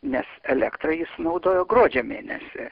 nes elektrą ji sunaudojo gruodžio mėnesį